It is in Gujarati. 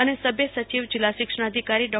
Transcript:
અને સભ્ય સચિવ જિલ્લા શિક્ષણાધિકારી ડો